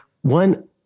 one